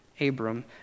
Abram